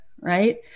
right